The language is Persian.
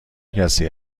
کسی